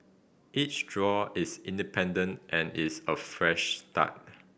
each draw is independent and is a fresh start